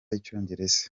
n’icyongereza